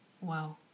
wow